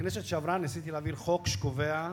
בכנסת שעברה ניסיתי להעביר הצעת חוק שקובעת,